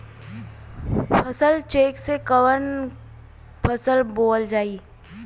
फसल चेकं से कवन फसल बोवल जाई?